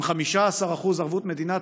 עם 15% ערבות מדינה,